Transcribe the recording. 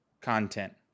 Content